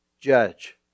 judge